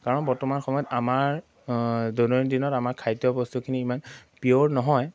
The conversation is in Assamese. কাৰণ বৰ্তমান সময়ত আমাৰ দৈনন্দিনত আমাৰ খাদ্য বস্তুখিনি ইমান পিয়ৰ নহয়